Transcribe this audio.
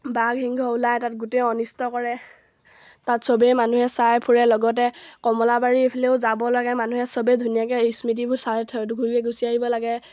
বাঘ সিংহ ওলাই তাত গোটেই অনিষ্ট কৰে তাত চবেই মানুহে চাই ফুৰে লগতে কমলাবাৰী এইফালেও যাব লাগে মানুহে চবেই ধুনীয়াকৈ স্মৃতিবোৰ চাই থৈ ঘূৰি গুচি আহিব লাগে